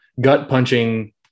Gut-punching